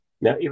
now